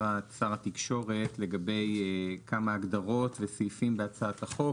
התקשורת לגבי כמה הגדרות וסעיפים בהצעת החוק.